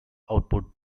output